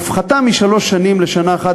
יסוד לטענה שהפחתה משלוש שנים לשנה אחת,